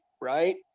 right